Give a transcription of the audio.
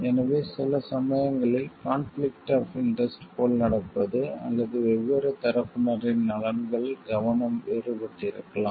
எனவே சில சமயங்களில் கான்பிளிக்ட் ஆப் இண்டெர்ஸ்ட் போல் நடப்பது அல்லது வெவ்வேறு தரப்பினரின் நலன்களின் கவனம் வேறுபட்டிருக்கலாம்